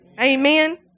Amen